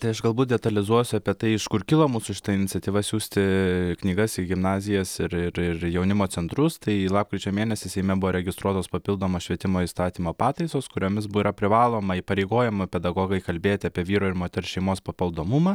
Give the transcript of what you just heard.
tai aš galbūt detalizuosiu apie tai iš kur kilo mūsų šita iniciatyva siųsti knygas į gimnazijas ir ir ir jaunimo centrus tai lapkričio mėnesį seime buvo registruotos papildomos švietimo įstatymo pataisos kuriomis bu yra privaloma įpareigojama pedagogai kalbėti apie vyro ir moters šeimos papildomumą